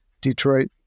Detroit